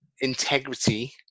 integrity